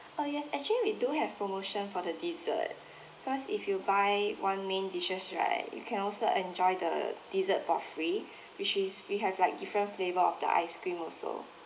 uh yes actually we do have promotion for the dessert first if you buy one main dishes right you can also enjoy the dessert for free which is we have like different flavour of the ice cream also